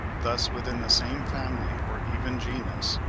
thus within the same family or even genus,